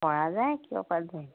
পৰা যায় কিয় যায়